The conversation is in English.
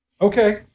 okay